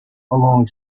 along